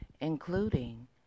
including